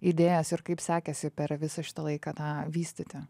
idėjas ir kaip sekėsi per visą šitą laiką tą vystyti